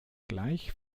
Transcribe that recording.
gleich